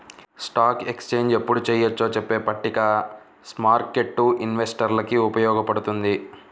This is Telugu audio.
స్టాక్ ఎక్స్చేంజ్ ఎప్పుడు చెయ్యొచ్చో చెప్పే పట్టిక స్మార్కెట్టు ఇన్వెస్టర్లకి ఉపయోగపడుతుంది